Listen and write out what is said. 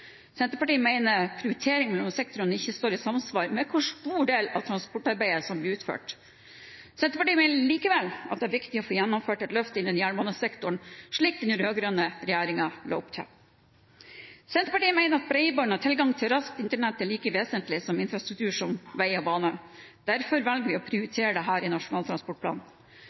Senterpartiet mener prioriteringen mellom sektorene ikke er i samsvar med hvor stor del av transportarbeidet som blir utført. Senterpartiet mener likevel det er viktig å få gjennomført et løft innen jernbanesektoren slik den rød-grønne regjeringen la opp til. Senterpartiet mener bredbånd og tilgang til raskt internett er like vesentlig infrastruktur som vei og bane. Derfor velger vi å prioritere dette i Nasjonal transportplan.